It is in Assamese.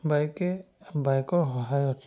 বাইকে বাইকৰ সহায়ত